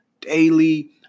daily